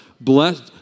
Bless